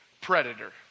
predator